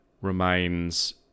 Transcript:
remains